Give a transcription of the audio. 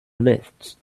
lifts